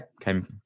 Came